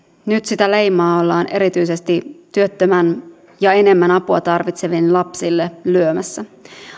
nyt sitä leimaa ollaan erityisesti työttömien ja enemmän apua tarvitsevien lapsiin lyömässä